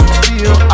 feel